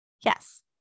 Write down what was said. Yes